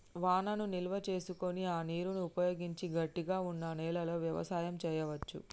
వానను నిల్వ చేసుకొని ఆ నీరును ఉపయోగించి గట్టిగ వున్నా నెలలో వ్యవసాయం చెయ్యవచు